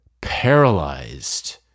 paralyzed